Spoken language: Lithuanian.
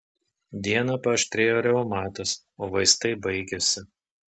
dieną paaštrėjo reumatas o vaistai baigėsi